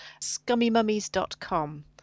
scummymummies.com